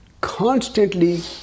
constantly